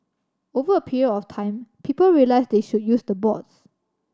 over a period of time people realise they should use the boards